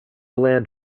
land